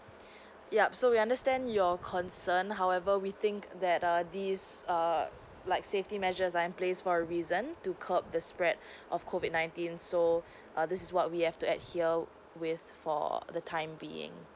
yup so we understand your concern however we think that err this err like safety measure are in place for a reason to curb the spread of COVID nineteen so err this is what we have to adhere with for the time being